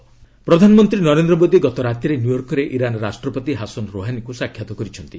PM New York ପ୍ରଧାନମନ୍ତ୍ରୀ ନରେନ୍ଦ୍ର ମୋଦି ଗତ ରାତିରେ ନ୍ୟୟର୍କରେ ଇରାନ୍ ରାଷ୍ଟ୍ରପତି ହାସନ୍ ରୋହାନୀଙ୍କ ସାକ୍ଷାତ୍ କରିଛନ୍ତି